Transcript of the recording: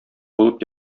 булып